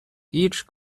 each